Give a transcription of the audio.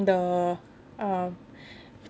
the uh